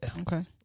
okay